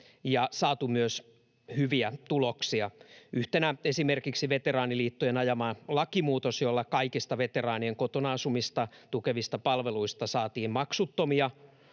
ja saatu myös hyviä tuloksia, yhtenä esimerkiksi veteraaniliittojen ajama lakimuutos, jolla kaikista veteraanien kotona asumista tukevista palveluista saatiin maksuttomia,